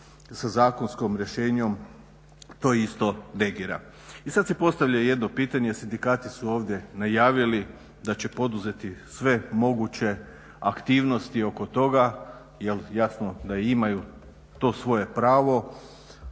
sa zakonskim rješenjem to isto negira. I sad se postavlja jedno pitanje, sindikati su ovdje najavili da će poduzeti sve moguće aktivnosti oko toga jer jasno da imaju to svoje pravo,